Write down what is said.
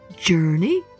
Journey